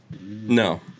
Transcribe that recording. No